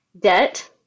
debt